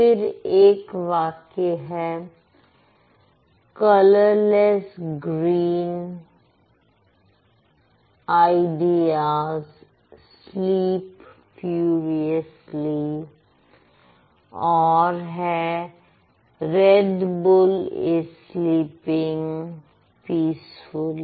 फिर एक है colourless green ideas sleep furiously और है red bull is sleeping peacefully